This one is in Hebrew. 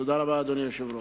תודה רבה, אדוני היושב-ראש.